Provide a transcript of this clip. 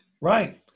right